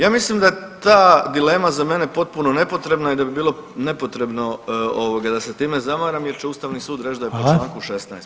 Ja mislim da je ta dilema za mene potpuno nepotrebna i da bi bilo nepotrebno da se time zamaram jer će Ustavni sud reći da je po čl. 16.